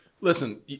Listen